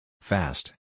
Fast